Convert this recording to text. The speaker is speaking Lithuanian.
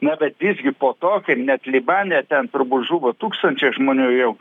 na bet visgi po to kaip net libane ten turbūt žuvo tūkstančiai žmonių jau